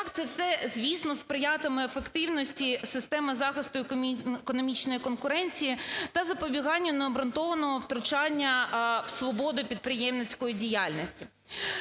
відтак це все, звісно, сприятиме ефективності системи захисту економічної конкуренції та запобіганню необґрунтованого втручання в свободу підприємницької діяльності.